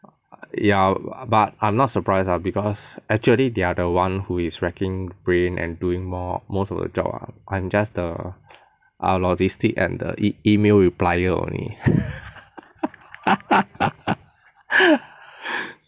ya lah but I'm not surprised lah because actually they are the [one] who is racking brain and doing more most of the job lah I'm just the our logistic and the email replyer only